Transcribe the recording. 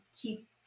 keep